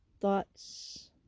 thoughts